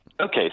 Okay